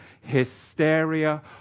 hysteria